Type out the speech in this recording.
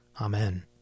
Amen